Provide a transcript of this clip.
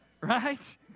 Right